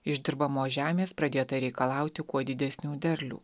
iš dirbamos žemės pradėta reikalauti kuo didesnių derlių